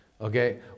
Okay